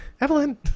Evelyn